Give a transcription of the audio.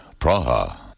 Praha